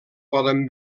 poden